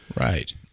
Right